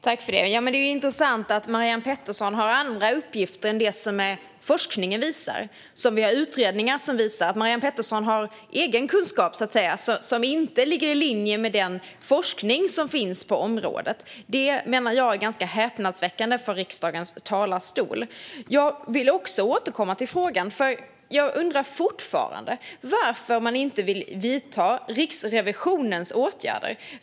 Herr talman! Det är intressant att Marianne Pettersson har andra uppgifter än dem forskning och utredningar visar. Att Marianne Pettersson har egen kunskap som inte ligger i linje med den forskning som finns på området är ganska häpnadsväckande. Låt mig återkomma till frågan. Jag undrar fortfarande varför man inte vill vidta Riksrevisionens föreslagna åtgärder.